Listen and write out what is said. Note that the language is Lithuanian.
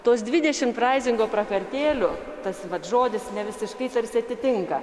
tos dvidešim fraizingo prakartėlių tas vat žodis ne visiškai tarsi atitinka